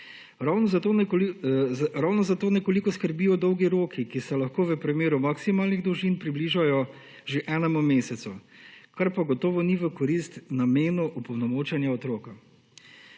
Ravno zato nas nekoliko skrbijo dolgi roki, ki se lahko v primeru maksimalnih dolžin približajo že enemu mesecu, kar gotovo ni v korist namena opolnomočenja otroka.